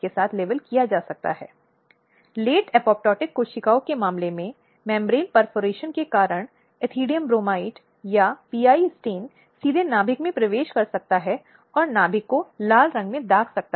इसलिए यहां तक कि उन मामलों में भी जहां महिलाओं से संबंधित महिला अपराध होते हैं सवाल में आते हैं